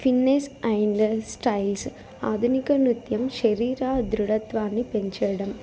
fitness and styles ఆధునిక నృత్యం శరీర దృఢత్వాన్ని పెంచేడం